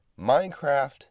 Minecraft